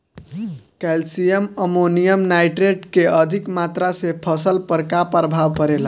Calcium ammonium nitrate के अधिक मात्रा से फसल पर का प्रभाव परेला?